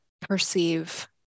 perceive